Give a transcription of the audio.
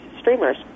streamers